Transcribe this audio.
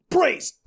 Praise